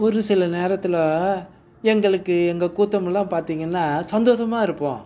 ஒரு சில நேரத்தில் எங்களுக்கு எங்கள் கூட்டமெல்லாம் பார்த்தீங்கன்னா சந்தோஷமாக இருப்போம்